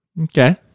Okay